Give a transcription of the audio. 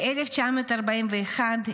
ב-1941,